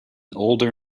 older